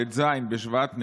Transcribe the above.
ט"ז בשבט,